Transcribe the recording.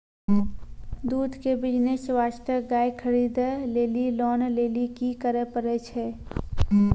दूध के बिज़नेस वास्ते गाय खरीदे लेली लोन लेली की करे पड़ै छै?